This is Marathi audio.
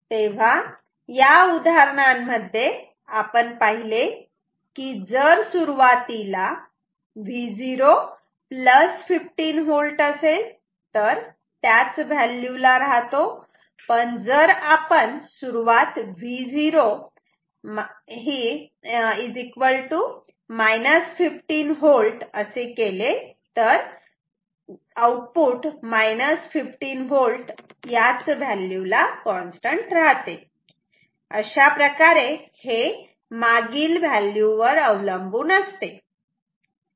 तेव्हा या उदाहरणांमध्ये आपण पाहिले की जर सुरुवातीला V0 15V असेल तर त्याचं व्हॅल्यू ला राहतो पण जर आपण सुरुवात Vo 15V असे केले तर 15V याच व्हॅल्यू ला राहतो अशाप्रकारे हे मागील व्हॅल्यू वर अवलंबून असते